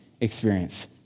experience